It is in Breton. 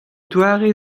doare